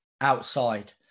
outside